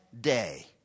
day